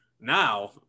Now